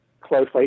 closely